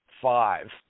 five